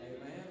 Amen